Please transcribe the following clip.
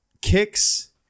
Kicks